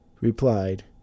replied